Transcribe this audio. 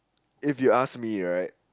if you ask me right